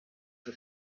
for